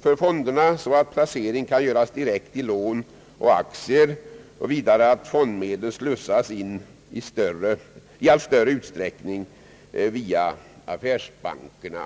för fonderna, så att placering kan göras direkt i lån och aktier, och vidare att fondmedlen slussas in i allt större utsträckning via affärsbankerna.